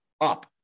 up